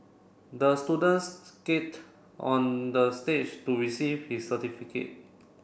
the students skate on the stage to receive his certificate